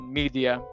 media